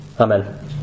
Amen